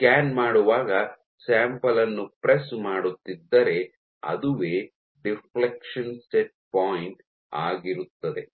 scan ಮಾಡುವಾಗ sample ನ್ನು press ಮಾಡುತ್ತಿದ್ದರೆ ಅದುವೇ ಡಿಫ್ಲೆಕ್ಷನ್ ಸೆಟ್ ಪಾಯಿಂಟ್ ಆಗಿರುತ್ತದೆ